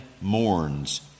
mourns